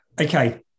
okay